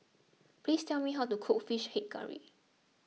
please tell me how to cook Fish Head Curry